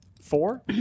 Four